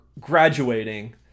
graduating